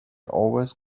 always